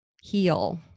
heal